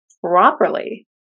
properly